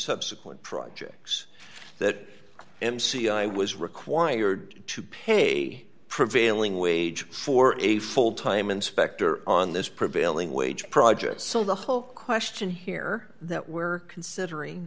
subsequent projects that m c i was required to pay prevailing wage for a full time inspector on this prevailing wage project so the whole question here that we're considering